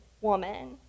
woman